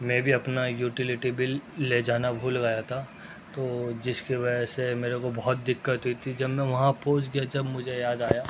میں بھی اپنا یوٹیلیٹی بل لے جانا بھول گیا تھا تو جس کی وجہ سے میرے کو بہت دقت ہوئی تھی جب میں وہاں پہنچ گیا جب مجھے یاد آیا